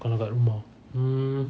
kalau kat rumah hmm